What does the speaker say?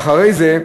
אחרי זה,